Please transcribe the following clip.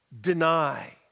deny